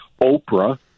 Oprah